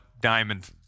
Diamond